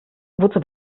wozu